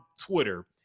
Twitter